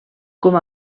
com